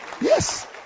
Yes